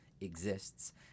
exists